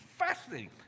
Fascinating